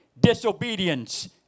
disobedience